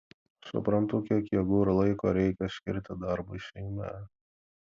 suprantu kiek jėgų ir laiko reikia skirti darbui seime